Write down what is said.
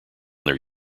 their